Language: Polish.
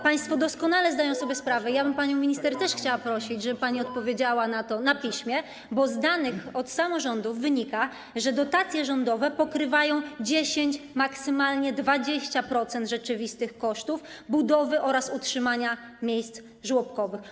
Państwo doskonale zdają sobie sprawę - panią minister chciałabym prosić, żeby pani odpowiedziała na to na piśmie - bo wynika to z danych samorządów, że dotacje rządowe pokrywają 10, maksymalnie 20% rzeczywistych kosztów budowy oraz utrzymania miejsc żłobkowych.